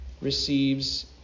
receives